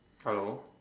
hello